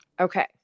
okay